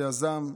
שיזם,